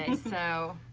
and so.